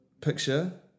picture